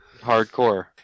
hardcore